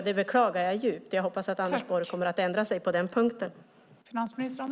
Det beklagar jag djupt, och jag hoppas att Anders Borg kommer att ändra sig på den punkten.